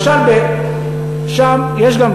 למשל, שם יש גם